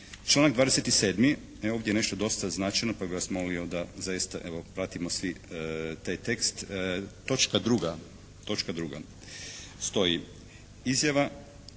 Članak 27. e ovdje je nešto dosta značajno pa bih vas molio da zaista evo pratimo svi taj tekst. Točka 2., točka 2. stoji, izjava